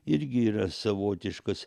irgi yra savotiškas